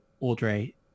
Audrey